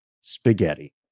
spaghetti